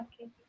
okay